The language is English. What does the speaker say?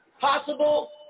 possible